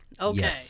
Okay